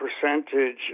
percentage